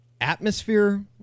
atmosphere